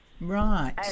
Right